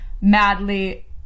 madly